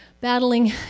battling